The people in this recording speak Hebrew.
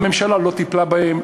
הממשלה לא טיפלה בהם,